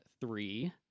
three